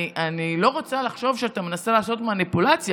אני לא רוצה לחשוב שאתה מנסה לעשות מניפולציה,